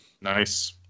Nice